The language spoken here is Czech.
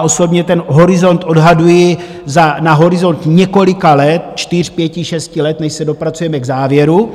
Osobně ten horizont odhaduji na horizont několika let, čtyř, pěti, šesti let, než se dopracujeme k závěru.